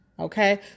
Okay